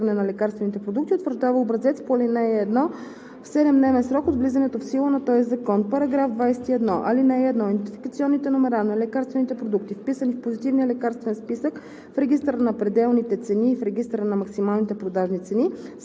г.). (2) Националният съвет по цени и реимбурсиране на лекарствените продукти утвърждава образеца по ал. 1 в 7-дневен срок от влизането в сила на този закон. § 21. (1) Идентификационните номера на лекарствените продукти, вписани в Позитивния лекарствен списък,